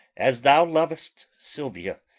as thou lov'st silvia,